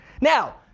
Now